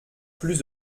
plus